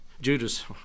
Judas